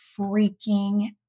freaking